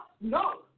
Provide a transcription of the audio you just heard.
No